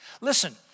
Listen